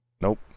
Nope